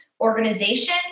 organization